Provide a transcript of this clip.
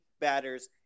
batters